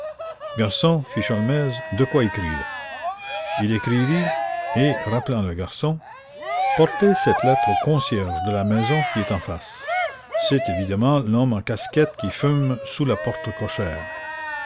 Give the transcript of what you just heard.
sholmès de quoi écrire il écrivit et rappelant le garçon portez cette lettre au concierge de la maison qui est en face c'est l'homme en casquette qui fume sous la porte cochère